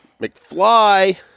McFly